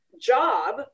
job